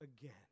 again